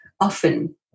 often